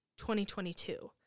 2022